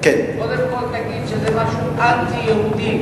קודם כול תגיד שזה משהו אנטי-יהודי.